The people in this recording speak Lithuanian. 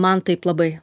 man taip labai